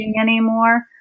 anymore